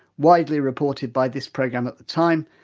widely reported by this programme at the time,